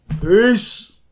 peace